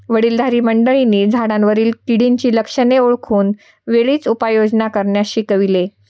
वडीलधारी मंडळीनी झाडांवरील किडींची लक्षणे ओळखून वेळीच उपाययोजना करण्यास शिकविले